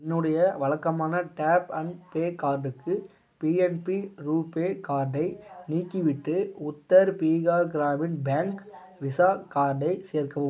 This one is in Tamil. என்னுடைய வழக்கமான டேப் அண்ட் பே கார்டுக்கு பிஎன்பி ரூபே கார்டை நீக்கிவிட்டு உத்தர் பீகார் கிராமின் பேங்க் விசா கார்டை சேர்க்கவும்